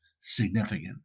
significant